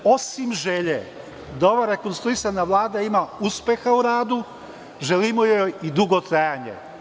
Osim želje da ova rekonstruisana Vlada ima uspeha u radu, želimo joj i dugo trajanje.